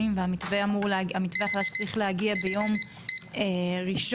והמתווה החדש אמור להגיע ביום ראשון,